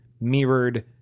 mirrored